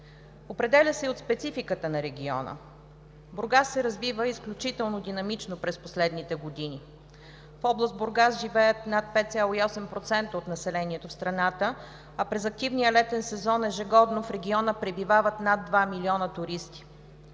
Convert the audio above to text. Определя се и от спецификата на региона – Бургас се развива изключително динамично през последните години. В област Бургас живеят над 5,8% от населението на страната, а през активния летен сезон ежегодно в региона пребивават над 2 милиона туристи.